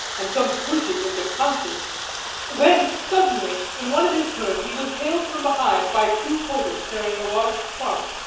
and some pushes into punches when suddenly, in one of his turns, he was hailed from behind by two porters carrying a large trunk